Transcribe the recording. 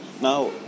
Now